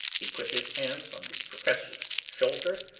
he put his hands on the professor's shoulder,